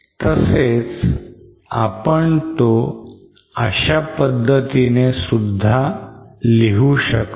तसेच आपण तो अशा पद्धतीने सुद्धा लिहू शकतो